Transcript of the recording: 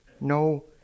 no